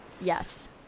Yes